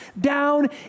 down